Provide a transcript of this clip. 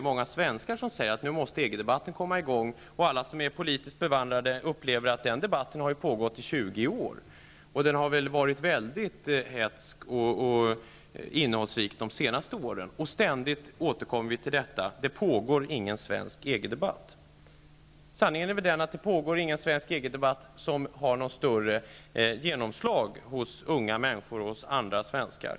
Många andra svenskar säger detsamma. Alla de som är politiskt bevandrade anser däremot att debatten har pågått i 20 år och att den varit väldigt hätsk och livlig under de senaste åren. Ständigt återkommer vi emellertid till detta påstående: Det pågår ingen svensk EG-debatt. Sanningen är väl att det inte pågår någon EG debatt, som har något större genomslag hos unga människor och hos andra svenskar.